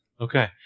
Okay